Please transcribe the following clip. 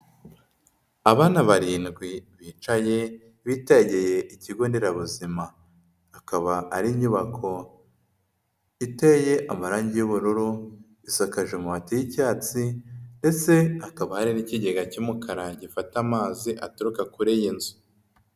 Abana barindwi bicaye bitegeye ikigo nderabuzima, akaba ari inyubako iteye amarangi y'ubururu, isakaje amabati y'icyatsi ndetse hakaba hari n'ikigega cy'umukara gifata amazi aturuka kure iyi nzu.